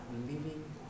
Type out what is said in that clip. living